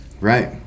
Right